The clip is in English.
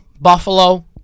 Buffalo